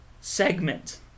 segment